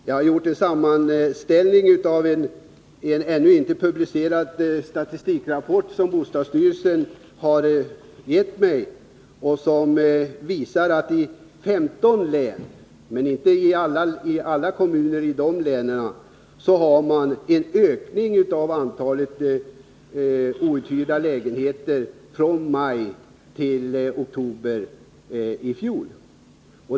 Jag har gjort en sammanställning av en ännu inte publicerad statistikrapport som bostadsstyrelsen gett mig och som visar att i 15 län — men inte i alla kommuner i de länen — har man en ökning av antalet outhyrda lägenheter från maj till oktober i fjol.